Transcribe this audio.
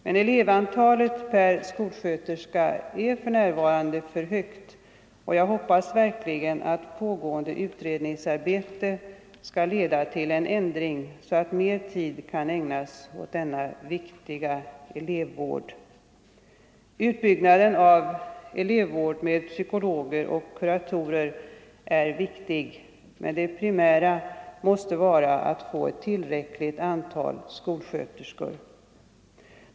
Men elevantalet per skolsköterska är för närvarande för högt, och jag hoppas verkligen att pågående utredningsarbete skall leda till en ändring, så att mer tid kan ägnas åt denna viktiga elevvård. Utbyggnaden av elevvård med psykologer och kuratorer är viktig, men det primära måste vara att få ett tillräckligt antal skolsköterskor.